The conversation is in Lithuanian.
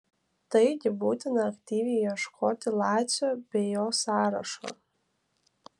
taigi būtina aktyviai ieškoti lacio bei jo sąrašo